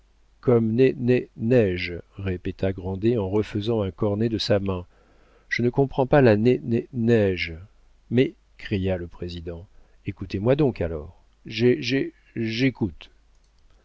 né neige répéta grandet en refaisant un cornet de sa main je ne comprends pas la né né neige mais cria le président écoutez-moi donc alors j'é j'é j'écoute